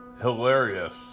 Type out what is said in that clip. hilarious